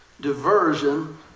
Diversion